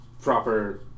proper